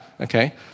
okay